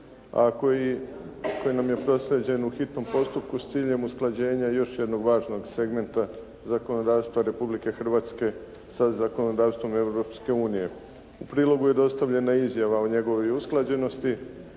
a koji nam je proslijeđen u hitnom postupku s ciljem usklađenja još jednog važnog segmenta zakonodavstva Republike Hrvatske sa zakonodavstvom Europske unije. U prilogu je dostavljena izjava o njegovoj usklađenosti